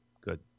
Good